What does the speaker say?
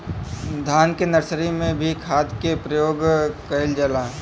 धान के नर्सरी में भी खाद के प्रयोग कइल जाला?